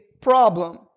problem